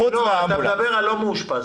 אתה מדבר על מי שלא מאושפז.